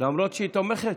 למרות שהיא תומכת?